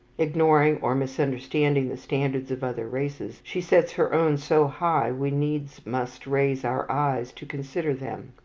ignoring or misunderstanding the standards of other races, she sets her own so high we needs must raise our eyes to consider them.